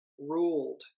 ruled